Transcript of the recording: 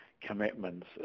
commitments